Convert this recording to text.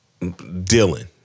Dylan